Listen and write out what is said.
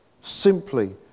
simply